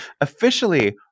officially